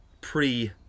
pre-